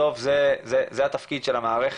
בסוף זה התפקיד של המערכת.